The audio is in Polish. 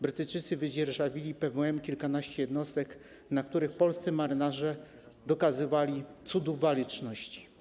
Brytyjczycy wydzierżawili PWM kilkanaście jednostek, na których polscy marynarze dokonywali cudów waleczności.